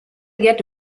get